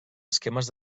esquemes